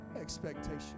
expectation